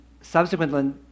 subsequently